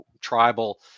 tribal